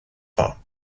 war